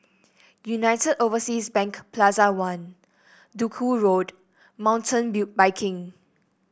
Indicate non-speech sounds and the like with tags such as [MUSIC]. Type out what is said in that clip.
United Overseas Bank Plaza One Duku Road Mountain [UNINTELLIGIBLE] Biking